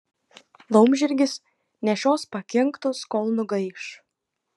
laumžirgis nešios pakinktus kol nugaiš